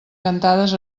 cantades